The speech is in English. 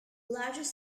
largest